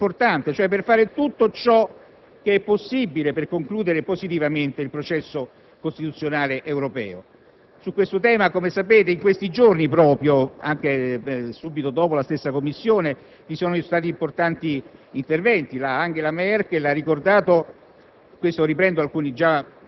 con una indicazione importante, per fare tutto ciò che è possibile al fine di concludere positivamente il processo costituzionale europeo. Su questo tema, come sapete, in questi giorni, subito dopo la stessa Commissione, vi sono stati importanti interventi. Angela Merkel ha ricordato,